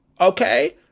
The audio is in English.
Okay